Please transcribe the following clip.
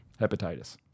Hepatitis